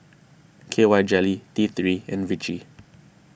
K Y jelly T three and Vichy